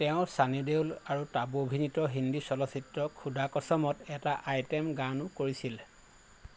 তেওঁ ছানী দেওল আৰু টাবু অভিনীত হিন্দী চলচ্চিত্ৰ খুদা কচমত এটা আইটেম গানো কৰিছিল